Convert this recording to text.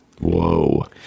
Whoa